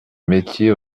metiers